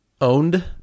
Owned